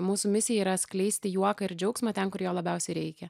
mūsų misija yra skleisti juoką ir džiaugsmą ten kur jo labiausiai reikia